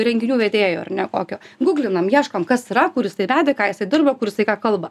renginių vedėjo ar ne kokio guglinam ieškom kas yra kur jisai vedė ką jisai dirba kur jisai ką kalba